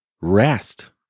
rest